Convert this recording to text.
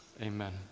Amen